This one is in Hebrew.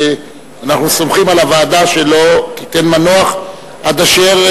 ואנחנו סומכים על הוועדה שלא תיתן מנוח עד אשר,